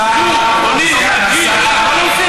אז מה, לא נוסיף אותם?